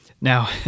Now